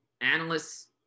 analysts